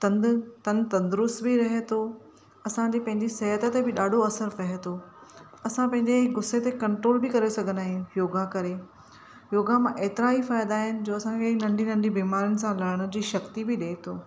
तंद तन तंदरुस्तु बि रहे थो असांजी पंहिंजी सिहतु ते बि ॾाढो असरु पए थो असां पंहिंजे गुसे ते कंट्रोल बि करे सघंदा आहियूं योगा करे योगा मां एतिरा ई फ़ाइदा आहिनि जो असांखे नंढियुनि नंढियुनि बीमारियुनि सां लड़ण जी शक्ती बि ॾिए थो